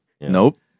Nope